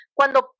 cuando